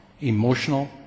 emotional